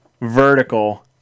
vertical